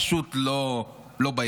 פשוט לא באירוע,